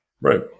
Right